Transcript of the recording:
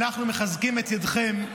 אנחנו מחזקים את ידיכם.